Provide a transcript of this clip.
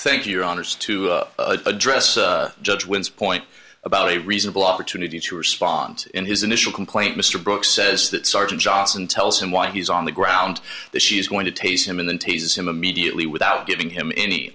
thank you your honors to address judge wins point about a reasonable opportunity to respond in his initial complaint mr brooks says that sergeant johnson tells him why he's on the ground that she is going to tase him and then tase him immediately without giving him any